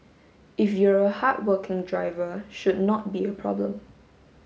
if you're a hardworking driver should not be a problem